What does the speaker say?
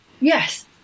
yes